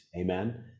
amen